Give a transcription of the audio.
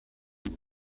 vivo